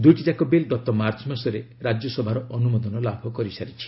ଦୁଇଟି ଯାକ ବିଲ୍ ଗତ ମାର୍ଚ୍ଚ ମାସରେ ରାଜ୍ୟସଭାର ଅନୁମୋଦନ ଲାଭ କରିଥିଲା